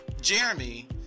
Jeremy